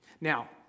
Now